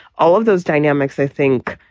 all of those dynamics, i think,